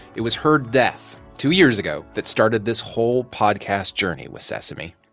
it was her death two years ago that started this whole podcast journey with sesame